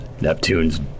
Neptune's